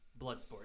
Bloodsport